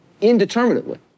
indeterminately